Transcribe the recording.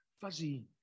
fuzzy